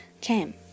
came